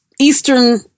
Eastern